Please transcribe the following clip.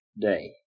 day